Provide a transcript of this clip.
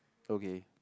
okay